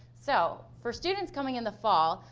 so for students coming in the fall,